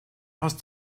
hast